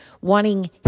wanting